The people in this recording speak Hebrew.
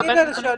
תני לי לשאול,